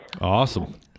Awesome